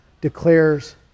declares